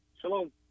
Shalom